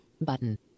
Button